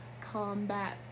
combat